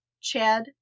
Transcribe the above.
Chad